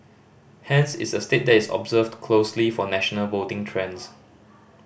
hence it's a state that is observed closely for national voting trends